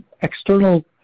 external